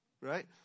right